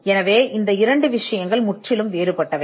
எனவே இந்த 2 விஷயங்கள் முற்றிலும் வேறுபட்டவை